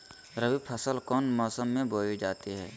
रबी फसल कौन मौसम में बोई जाती है?